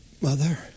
Mother